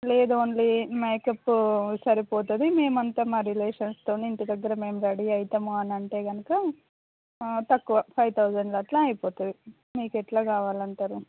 లేదు only makeup సరిపోతుంది మేమంతా మా రిలేషన్స్తోని ఇంటి దగ్గర మేం రెడీ అవుతాము అనంటే గనుక తక్కువ ఫైవ్ తౌజండ్లా అట్లా అయిపోతుంది మీకెట్లా కావాలంటారు